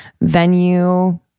venue